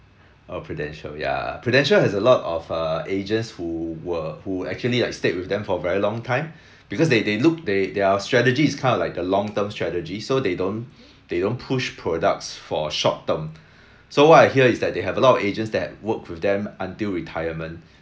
oh prudential ya prudential has a lot of uh agents who were who actually like stayed with them for a very long time because they they look they their strategies is kind of like a long term strategy so they don't they don't push products for short term so what I hear is that they have a lot of agents that work with them until retirement